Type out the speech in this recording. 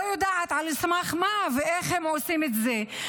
לא יודעת על סמך מה ואיך הם עושים את זה.